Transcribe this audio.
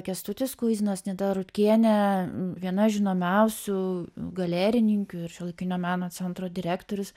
kęstutis kuizinas nida rutkienė viena žinomiausių galerininkių ir šiuolaikinio meno centro direktorius